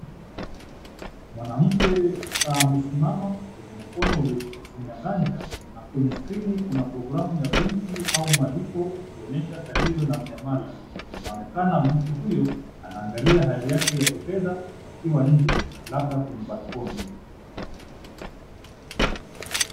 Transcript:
Mwanamke amesimama kwenye mkono ulioshika simu ya ganja , na kwenye skrini kuna programu ya benki au malipo ikionyesha salio na miamala .Inaonekana mtu huyu anaangalia hali yake ya kifedha akiwa nje labda kwenye balcony[ cs]